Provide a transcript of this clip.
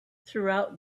throughout